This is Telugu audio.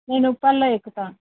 నేను ఉప్పల్లో ఎక్కుతాను